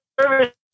service